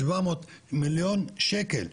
שבע מאות מיליון שקל.